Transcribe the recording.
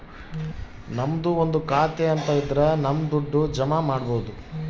ನಮ್ದು ಒಂದು ಖಾತೆ ಅಂತ ಇದ್ರ ನಮ್ ದುಡ್ಡು ಜಮ ಮಾಡ್ಬೋದು